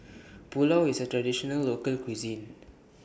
Pulao IS A Traditional Local Cuisine